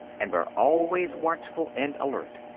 and are always watchful and alert.